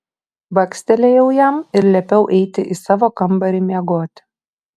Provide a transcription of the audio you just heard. bakstelėjau jam ir liepiau eiti į savo kambarį miegoti